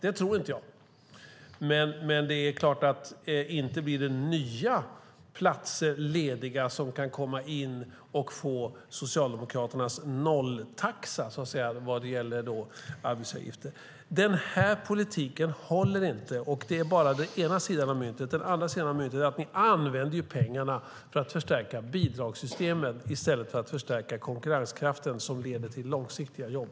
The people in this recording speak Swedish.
Det tror inte jag. Men inte blir det nya platser lediga för människor som kan komma in och få Socialdemokraternas nolltaxa vad gäller arbetsgivaravgifter. Den politiken håller inte. Det är bara ena sidan av myntet. Den andra sidan av myntet är att ni använder pengarna för att förstärka bidragssystemen i stället för att förstärka konkurrenskraften som leder till långsiktiga jobb.